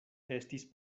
estis